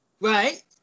Right